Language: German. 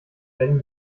rennen